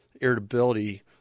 Irritability